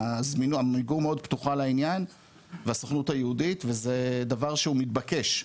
עמיגור מאוד פתוחה לעניין והסוכנות היהודית וזה דבר שהוא מתבקש,